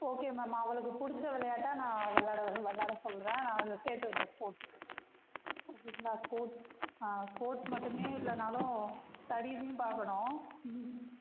okay ma'am அவளுக்கு பிடிச்ச விளையாட்டாக நான் விளையாட விளாட சொல்லுறேன் நான் அவளை சேர்த்துவிட்றேன் ஸ்போர்ட்ஸுக்கு ஸ்போர்ட்ஸ் ஆ ஸ்போர்ட்ஸ் மட்டுமே இல்லைன்னாலும் ஸ்டடீஸியும் பார்க்கணும் ம்